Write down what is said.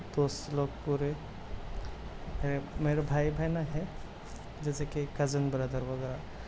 دوست لوگ پورے ہیں میرے بھائی بہن ہیں جیسے کہ کزن بردر وغیرہ